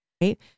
right